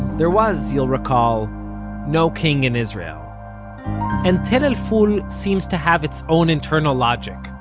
there was you'll recall no king in israel and tell el-ful seems to have its own internal logic,